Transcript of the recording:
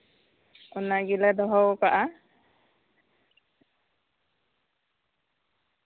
ᱚᱱᱟᱜᱮᱞᱮ ᱫᱚᱦᱚ ᱟᱠᱟᱫᱼᱟ